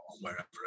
wherever